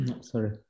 Sorry